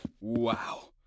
Wow